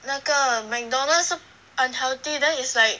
那个 McDonald's's 是 unhealthy then is like